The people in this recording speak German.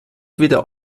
weder